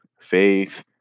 faith